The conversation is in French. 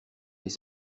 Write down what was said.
les